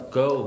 go